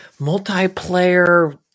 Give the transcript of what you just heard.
multiplayer